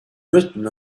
written